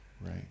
Right